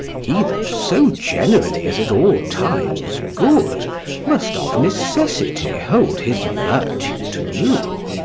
he that so generally is at all times good must of necessity hold his virtue to you,